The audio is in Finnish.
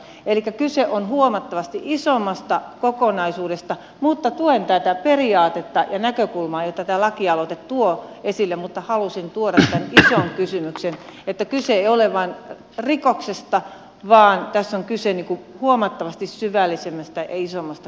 elikkä kyse on huomattavasti isommasta kokonaisuudesta mutta tuen tätä periaatetta ja näkökulmaa jota tämä lakialoite tuo esille mutta halusin tuoda tämän ison kysymyksen että kyse ei ole vain rikoksesta vaan tässä on kyse huomattavasti syvällisemmästä ja isommasta kysymyksestä myös